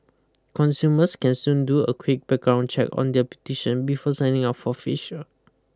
consumers can soon do a quick background check on their beautician before signing up for a facial